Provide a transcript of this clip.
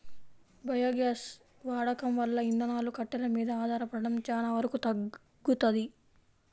biogas వాడకం వల్ల ఇంధనాలు, కట్టెలు మీద ఆధారపడటం చానా వరకు తగ్గుతది